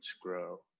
grow